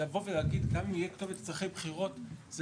לבוא ולהגיד גם אם יהיה כתובת לצרכי בחירות זה